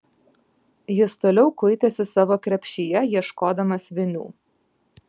jis toliau kuitėsi savo krepšyje ieškodamas vinių